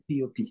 pop